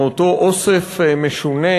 מאותו אוסף משונה,